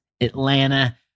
Atlanta